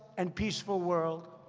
and peaceful world.